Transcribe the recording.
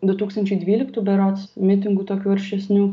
du tūkstančiai dvyliktų berods mitingų tokių aršesnių